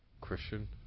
Christian